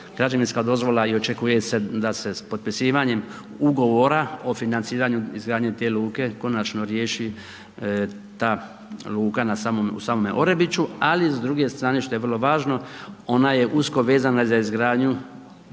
građevinska dozvola i očekuje da se s potpisivanjem ugovora o financiranju izgradnje te luke konačno riješi ta luka u samome Orebiću, ali s druge strane što je vrlo važno, ona je usko vezana za izgradnju